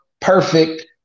perfect